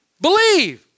Believe